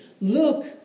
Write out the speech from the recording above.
Look